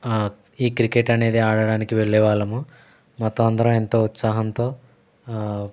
ఈ క్రికెట్ అనేది ఆడటానికి వెళ్ళే వాళ్ళము మొత్తం అందరం ఎంతో ఉత్సాహంతో